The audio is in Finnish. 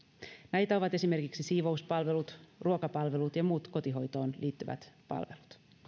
näitä ovat esimerkiksi siivouspalvelut ruokapalvelut ja muut kotihoitoon liittyvät palvelut